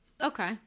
Okay